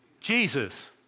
Jesus